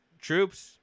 troops